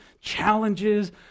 challenges